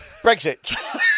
Brexit